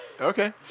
Okay